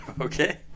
Okay